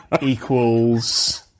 equals